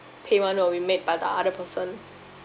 payment will be made by the other person